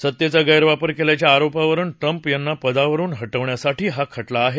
सत्तेचा गैरवापर केल्याच्या आरोपावरुन ट्रम्प यांना पदावरुन हटवण्यासाठी हा खटला आहे